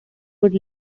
would